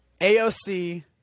AOC